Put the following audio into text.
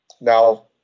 Now